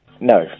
No